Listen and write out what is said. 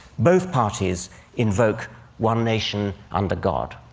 both parties invoke one nation under god.